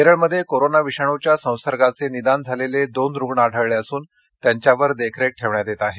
केरळमध्ये कोरोना विषाणूच्या संसर्गांचे निदान झालेले दोन रुग्ण आढळले असून त्यांच्यावर देखरेख ठेवण्यात येत आहे